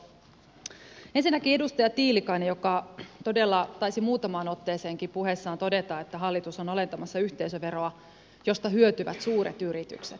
ensinnäkin edustaja tiilikainen todella taisi muutamaan otteeseenkin puheessaan todeta että hallitus on alentamassa yhteisöveroa mistä hyötyvät suuret yritykset